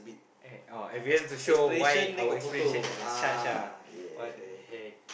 e~ oh evidence to show why our explanation is as such lah what the heck